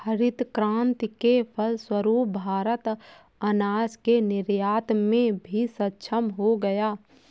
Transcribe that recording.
हरित क्रांति के फलस्वरूप भारत अनाज के निर्यात में भी सक्षम हो गया